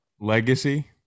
Legacy